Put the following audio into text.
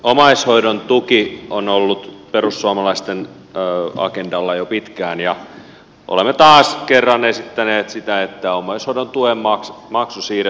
omaishoidon tuki on ollut perussuomalaisten agendalla jo pitkään ja olemme taas kerran esittäneet sitä että omaishoidon tuen maksu siirrettäisiin kelan toiminnan alle